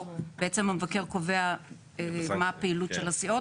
בעצם המבקר קובע מהי הפעילות של הסיעות.